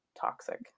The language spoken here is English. toxic